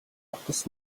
утас